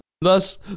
Thus